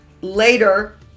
later